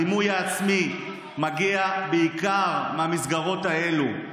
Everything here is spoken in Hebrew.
הדימוי העצמי מגיע בעיקר מהמסגרות האלו.